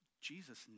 Jesus